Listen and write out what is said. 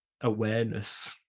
awareness